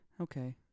Okay